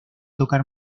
tocar